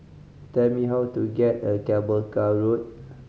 tell me how to get a Cable Car Road